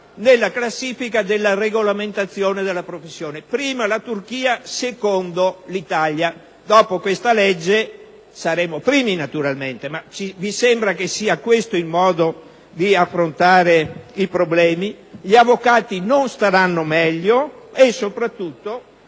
nella classifica della regolamentazione della professione: prima la Turchia, poi l'Italia. Dopo questa legge saremo primi, naturalmente: ma vi sembra che sia questo il modo di affrontare i problemi? Gli avvocati non staranno meglio e soprattutto,